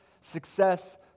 success